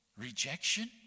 rejection